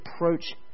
approach